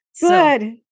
Good